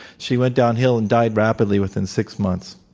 she went downhill and died rapidly, within six months.